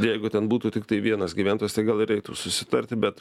jeigu ten būtų tiktai vienas gyventojas tai gal ir eitų susitarti bet